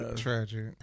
Tragic